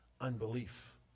unbelief